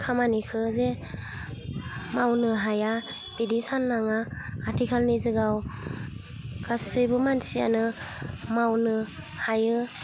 खामानिखौ जे मावनो हाया बिदि सान्नाङा आथिखालनि जुगाव गासैबो मानसियानो मावनो हायो